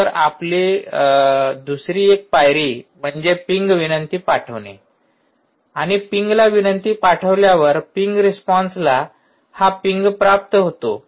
तर आपली दुसरी पायरी म्हणजे पिंग विनंती पाठवणे आणि पिंगला विनंती पाठविल्यावर पिंग रिस्पॉन्सला हा पिंग प्राप्त होतो